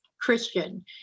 Christian